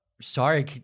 Sorry